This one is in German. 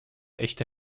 echte